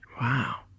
Wow